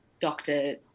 doctor